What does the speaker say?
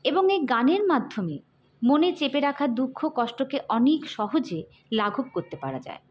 এবং এই গানের মাধ্যমে মনে চেপে রাখা দুঃখ কষ্টকে অনেক সহজে লাঘব করতে পারা যায়